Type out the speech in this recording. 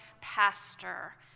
pastor